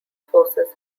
forces